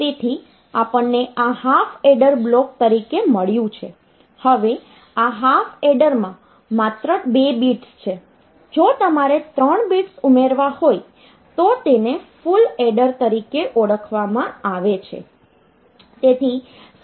તેથી આપણને આ હાફ એડર બ્લોક તરીકે મળ્યું છે હવે આ હાફ એડરમાં માત્ર 2 બિટ્સ છે જો તમારે 3 બિટ્સ ઉમેરવા હોય તો તેને ફુલ એડર તરીકે ઓળખવામાં આવે છે